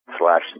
Slash